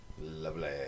Lovely